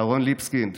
אהרון ליבסקינד,